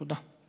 תודה.